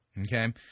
Okay